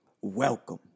Welcome